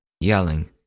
yelling